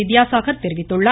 வித்யாசாகர் தெரிவித்துள்ளார்